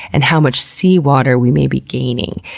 and how much seawater we may be gaining,